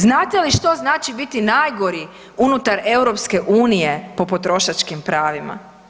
Znate li što značiti biti najgori unutar EU-a po potrošačkim pravima?